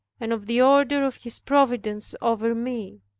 and of the order of his providence over me.